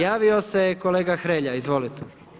Javio se je kolega Hrelja, izvolite.